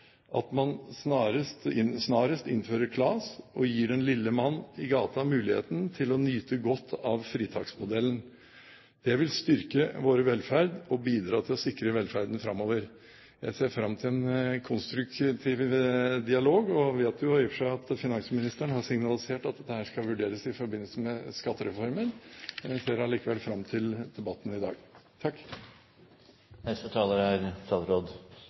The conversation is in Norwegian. at man snarest innfører KLAS og gir den lille mann muligheten til å nyte godt av fritaksmodellen. Det vil styrke vår velferd og bidra til å sikre velferden framover. Jeg ser fram til en konstruktiv dialog og vet jo i og for seg at finansministeren har signalisert at dette skal vurderes i forbindelse med skattereformen. Jeg ser allikevel fram til debatten i dag. Det er